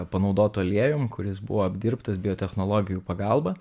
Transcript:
panaudotu aliejum kuris buvo apdirbtas biotechnologijų pagalba